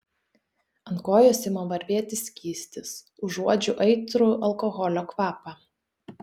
ant kojos ima varvėti skystis užuodžiu aitrų alkoholio kvapą